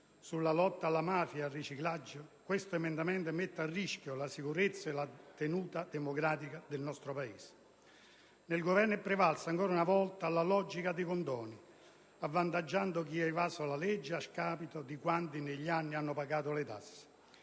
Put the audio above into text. sulla lotta alla mafia e al riciclaggio, questo emendamento mette a rischio la sicurezza e la tenuta democratica del nostro Paese. Nel Governo è prevalsa ancora una volta la logica dei condoni, avvantaggiando chi ha evaso la legge a scapito di quanti negli anni hanno pagato le tasse.